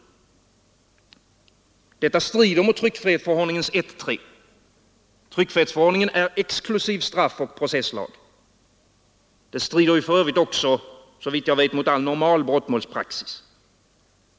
Detta strider mot tryckfrihetsförordningen 1 kap. 38. Tryckfrihetsförordningen är exklusiv straffoch processlag. Det strider också, såvitt jag vet, mot all normal brottmålspraxis.